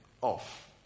off